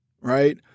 right